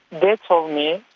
they told me